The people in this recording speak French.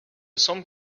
semble